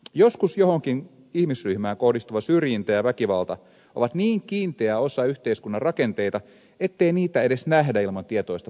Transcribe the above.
joskus johonkin ihmisryhmään kohdistuva syrjintä ja väkivalta on niin kiinteä osa yhteiskunnan rakenteita ettei niitä edes nähdä ilman tietoista ponnistusta